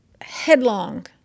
headlong